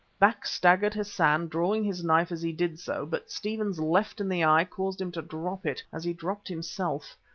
back staggered hassan, drawing his knife as he did so, but stephen's left in the eye caused him to drop it, as he dropped himself.